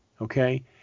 okay